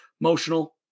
emotional